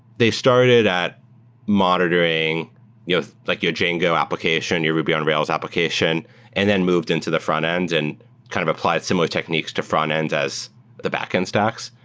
they started at monitoring like your django application, and your ruby on rails application and then moved into the frontend and kind of applied similar techniques to frontends as the backend stacks.